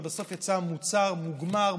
אבל בסוף יצא מוצר מוגמר,